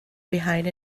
behind